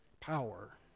power